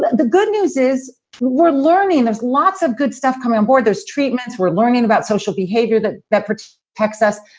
the good news is we're learning there's lots of good stuff coming on board. there's treatments we're learning about social behavior that that protects us.